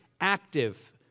active